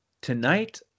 Tonight